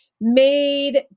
Made